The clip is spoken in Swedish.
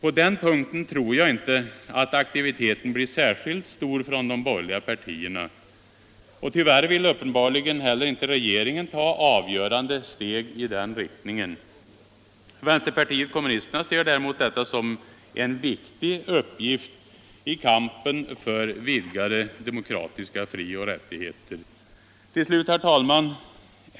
I det avseendet tror jag inte att aktiviteten blir särskilt stor från de borgerliga partierna, och tyvärr vill uppenbarligen inte heller re geringen ta avgörande steg i den riktningen. Vänsterpartiet kommunis terna ser däremot denna uppgift som viktig i kampen för vidgade de mokratiska frioch rättigheter. Herr talman!